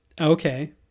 okay